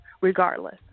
regardless